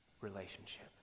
relationship